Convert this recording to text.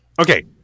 Okay